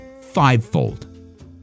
fivefold